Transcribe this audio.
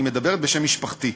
אני מדברת בשם משפחתי.